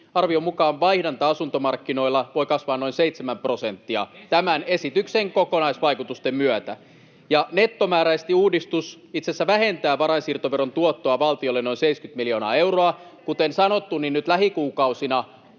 arvion mukaan vaihdanta asuntomarkkinoilla voi kasvaa noin seitsemän prosenttia tämän esityksen kokonaisvaikutusten myötä. Nettomääräisesti uudistus itse asiassa vähentää varainsiirtoveron tuottoa valtiolle noin 70 miljoonaa euroa. Kuten sanottu, nyt lähikuukausina